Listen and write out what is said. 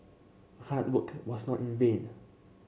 hard work was not in vain